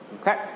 Okay